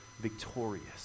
victorious